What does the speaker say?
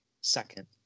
second